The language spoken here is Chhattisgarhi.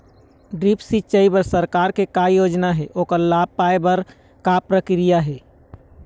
ड्रिप सिचाई बर सरकार के का योजना हे ओकर लाभ पाय बर का प्रक्रिया हे?